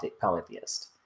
polytheist